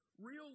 real